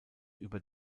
über